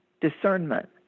discernment